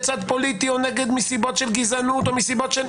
צד פוליטי או נגד מסיבות של גזענות או מסיבות אחרות,